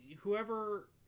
whoever